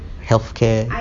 health care